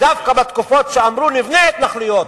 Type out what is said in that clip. ודווקא בתקופות שאמרו נבנה התנחלויות,